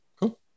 cool